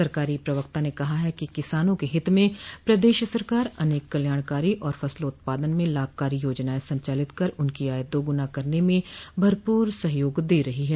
सरकारी प्रवक्ता ने कहा कि किसानों के हित में प्रदेश सरकार अनेक कल्याणकारी और फसलोत्पादन में लाभकारी योजनाएं संचालित कर उनकी आय दो गुना करने में भरपूर सहयोग दे रही है